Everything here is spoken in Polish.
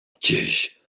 gdzieś